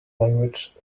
language